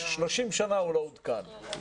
30 שנה הוא לא עודכן.